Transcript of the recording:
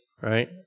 Right